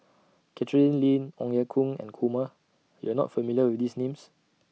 Catherine Lim Ong Ye Kung and Kumar YOU Are not familiar with These Names